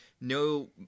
no